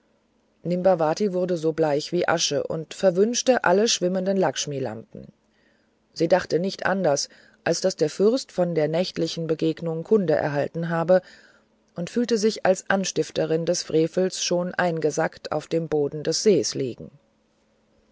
nimbavati wurde so bleich wie asche und verwünschte alle schwimmenden lackshmilampen sie dachte nicht anders als daß der fürst von der nächtlichen begegnung kunde erhalten habe und fühlte sich als anstifterin des frevels schon eingesackt auf dem boden des sees liegen